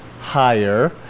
higher